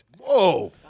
Whoa